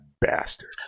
bastard